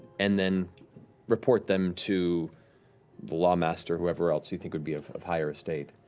and then report them to the lawmaster, or whoever else you'd think would be of of higher estate.